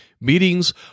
meetings